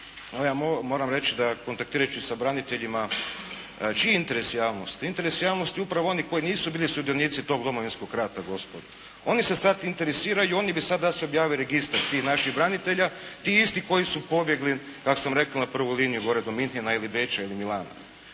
ja moram reći da kontaktirajući sa braniteljima, čiji interes javnosti? Interes javnosti upravo onih koji nisu bili sudionici tog Domovinskog rata gospodo. Oni se sada interesiraju, oni bi sada da se objavi registar tih naših branitelja, ti isti koji su pobjegli, kako sam rekao na prvu liniju gore do Munchena ili Beča ili Milana,